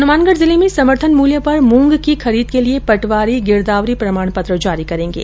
हनुमानगढ़ जिले में समर्थन मूल्य पर मूंग की खरीद के लिये पटवारी गिरदावरी प्रमाण पत्र जारी करेंगे